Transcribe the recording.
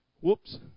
Whoops